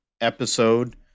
episode